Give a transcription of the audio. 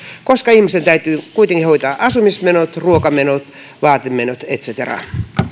koska ihmisen täytyy kuitenkin hoitaa asumismenot ruokamenot vaatemenot et cetera